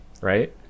right